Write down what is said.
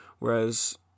Whereas